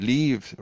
Leave